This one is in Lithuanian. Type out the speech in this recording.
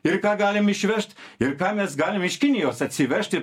ir ką galim išvežt ir ką mes galim iš kinijos atsivežti